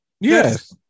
Yes